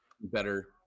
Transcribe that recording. better